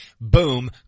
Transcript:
boom